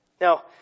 Now